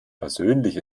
persönlich